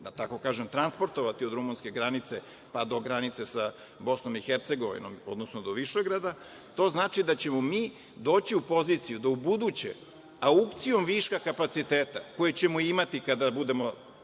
ćemo mi transportovati od rumunske granice pa do granice sa Bosnom i Hercegovinom, odnosno do Višegrada, to znači da ćemo mi doći u poziciju da ubuduće aukcijom viška kapaciteta koje ćemo imati kada budemo